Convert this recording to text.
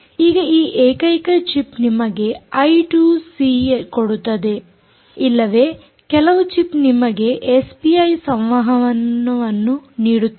ಈಗ ಈ ಏಕೈಕ ಚಿಪ್ ನಿಮಗೆ ಐ 2 ಸಿ ಕೊಡುತ್ತದೆ ಇಲ್ಲವೇ ಕೆಲವು ಚಿಪ್ ನಿಮಗೆ ಎಸ್ಪಿಐ ಸಂವಹನವನ್ನು ನೀಡುತ್ತದೆ